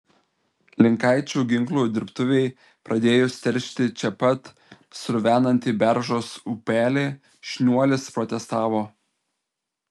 linkaičių ginklų dirbtuvei pradėjus teršti čia pat sruvenantį beržos upelį šniuolis protestavo